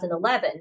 2011